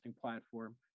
platform